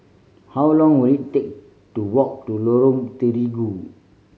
how long will it take to walk to Lorong Terigu